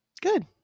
Good